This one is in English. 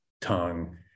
tongue